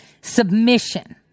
Submission